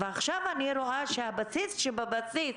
ועכשיו אני רואה שהבסיס שבבסיס